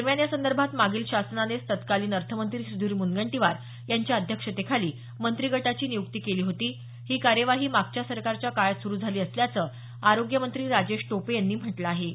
दरम्यान यासंदर्भात मागील शासनानेच तत्कालिन अर्थमंत्री सुधीर मुनगंटीवार यांच्या अध्यक्षतेखाली मंत्रिगटाची नियुक्ती केली होती ही कार्यवाही मागच्या सरकारच्या काळात सुरु झाली असल्याचं आरोग्य मंत्री राजेश टोपे यांनी म्हटलं आहे